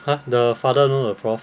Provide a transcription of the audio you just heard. ha the father know the prof